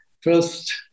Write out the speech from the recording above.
first